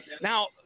Now